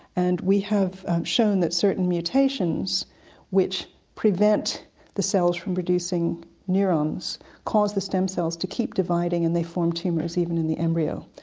and we have shown that certain mutations which prevent the cells from producing neurons cause the stem cells to keep dividing and they form tumours even in the embryo.